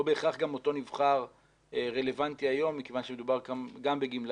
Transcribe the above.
לא בהכרח גם אותו נבחר רלוונטי היום מכיוון שמדובר גם בגמלאים.